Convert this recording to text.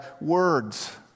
words